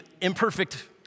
imperfect